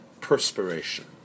perspiration